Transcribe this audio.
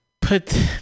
put